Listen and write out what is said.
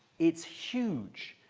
it's huge,